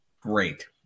great